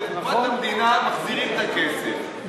מקופת המדינה מחזירים את הכסף,